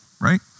right